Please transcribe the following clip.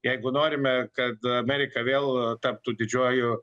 jeigu norime kad amerika vėl taptų didžiuoju